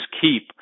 keep